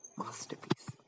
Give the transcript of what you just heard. masterpiece